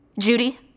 Judy